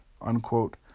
Unquote